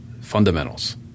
Fundamentals